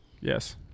Yes